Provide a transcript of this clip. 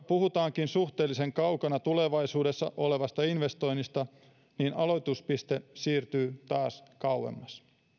puhutaankin suhteellisen kaukana tulevaisuudessa olevasta investoinnista niin aloituspiste siirtyy taas kauemmas